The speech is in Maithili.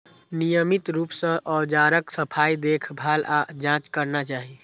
नियमित रूप सं औजारक सफाई, देखभाल आ जांच करना चाही